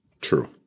true